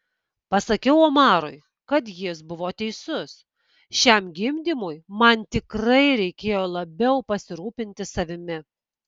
pasakiau omarui kad jis buvo teisus šiam gimdymui man tikrai reikėjo labiau pasirūpinti savimi